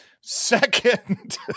Second